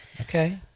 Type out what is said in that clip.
Okay